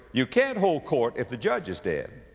you can't hold court if the judge is dead.